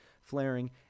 flaring